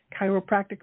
chiropractic